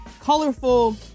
colorful